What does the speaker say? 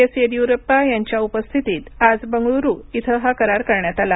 S Yediyurappa यांच्या उपस्थितीत आज बंगळुरु इथं हा करार करण्यात आला